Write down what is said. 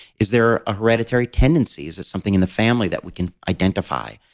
is there a hereditary tendency? is it something in the family that we can identify,